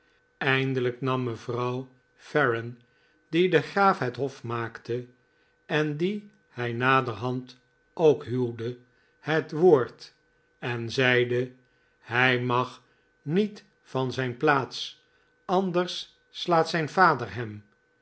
kindelijk nam mejufi'rouw farren die de graaf het hof maakte en die hi naderhand ook huwde het woord en zeide hij mag niet van zijne plaats andersslaat zijn vader hem